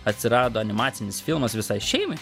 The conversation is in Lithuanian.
atsirado animacinis filmas visai šeimai